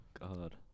God